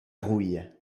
rouille